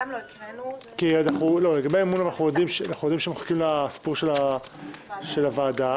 אנחנו יודעים שמחכים לוועדה.